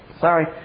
Sorry